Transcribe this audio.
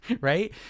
right